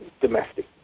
domestic